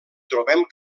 trobem